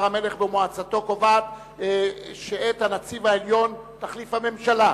המלך במועצתו קובעת שאת הנציב העליון תחליף הממשלה,